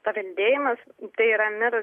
paveldėjimas tai yra mirus